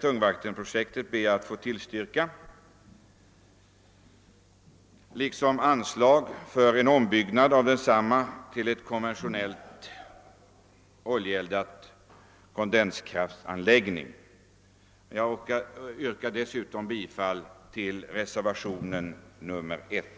tungvattenprojektet i Marviken liksom om anslag för en ombyggnad av detsamma till en konventionell oljeeldad kondenskraftanläggning. Jag yrkar dessutom bifall till reservationen 1.